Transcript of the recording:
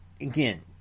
Again